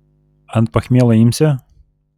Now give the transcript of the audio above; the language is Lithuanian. ant pachmielo imsi